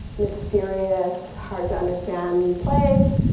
mysterious, hard to understand place.